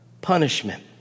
punishment